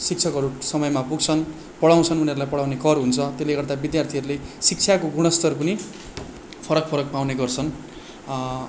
शिक्षकहरू समयमा पुग्छन् पढाउँछन् उनीहरूलाई पढाउने कर हुन्छ त्यसले गर्दा विद्यार्थीहरूले शिक्षाको गुणस्तर पनि फरक फरक पाउने गर्छन्